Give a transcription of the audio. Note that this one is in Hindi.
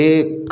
एक